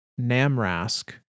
Namrask